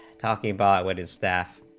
talking about when his staff